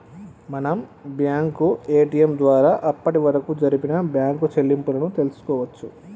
మనం bank ATM ద్వారా అప్పటివరకు జరిపిన బ్యేంకు చెల్లింపులను తెల్సుకోవచ్చు